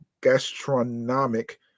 gastronomic